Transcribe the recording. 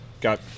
got